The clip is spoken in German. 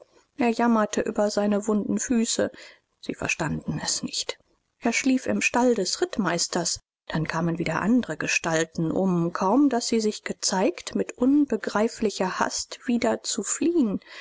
er jammerte über seine wunden füße sie verstanden es nicht er schlief im stall des rittmeisters dann kamen wieder andre gestalten um kaum daß sie sich gezeigt mit unbegreiflicher hast wieder zu fliehen